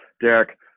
Derek